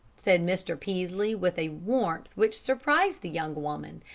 said mr. peaslee, with a warmth which surprised the young woman,